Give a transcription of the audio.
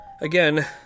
Again